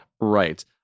Right